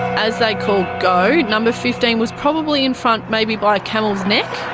as they called go number fifteen was probably in front, maybe by a camel's neck.